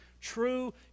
true